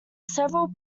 several